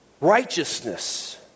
righteousness